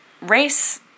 race